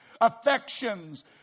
affections